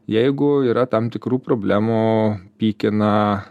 jeigu yra tam tikrų problemų pykina